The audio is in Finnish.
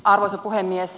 arvoisa puhemies